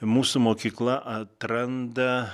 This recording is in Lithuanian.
mūsų mokykla atranda